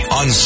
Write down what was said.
on